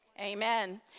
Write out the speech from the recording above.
amen